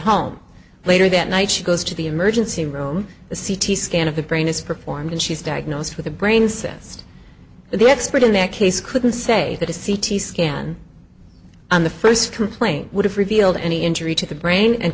home later that night she goes to the emergency room the c t scan of the brain is performed and she's diagnosed with a brain incest the expert in that case couldn't say that a c t scan on the first complaint would have revealed any injury to the brain and